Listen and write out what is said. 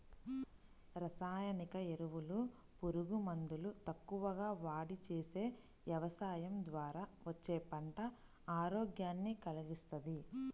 రసాయనిక ఎరువులు, పురుగు మందులు తక్కువగా వాడి చేసే యవసాయం ద్వారా వచ్చే పంట ఆరోగ్యాన్ని కల్గిస్తది